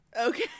Okay